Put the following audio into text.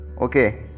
okay